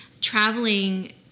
traveling